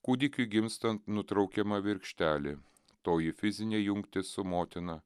kūdikiui gimstant nutraukiama virkštelė toji fizinė jungtis su motina